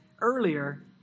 earlier